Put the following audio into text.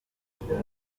ndetse